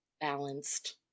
balanced